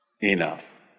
enough